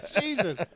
Jesus